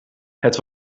het